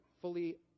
fully